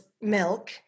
milk